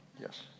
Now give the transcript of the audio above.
Yes